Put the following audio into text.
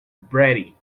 brady